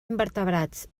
invertebrats